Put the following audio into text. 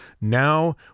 Now